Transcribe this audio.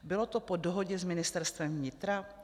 Bylo to po dohodě s Ministerstvem vnitra?